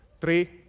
Three